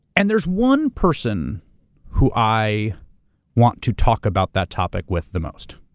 and there's one person who i want to talk about that topic with the most.